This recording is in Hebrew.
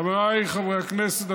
חבריי חברי הכנסת,